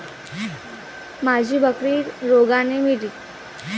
माझी बकरी रोगाने मेली